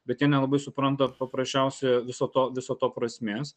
bet jie nelabai supranta paprasčiausia viso to viso to prasmės